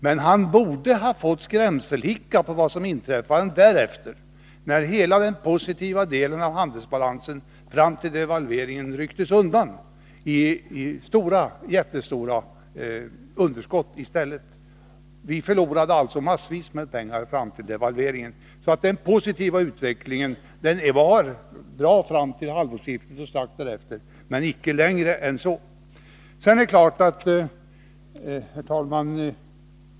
Men han borde ha fått skrämselhicka av det som inträffade därefter, när hela den positiva delen av handelsbalansen under tiden fram till devalveringen rycktes undan och ersattes av jättestora underskott. Vi förlorade massvis med pengar fram till devalveringen. Den positiva utvecklingen fortsatte alltså under tiden fram till halvårsskiftet eller strax därefter, men icke längre än så.